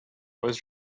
was